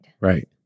Right